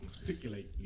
Articulate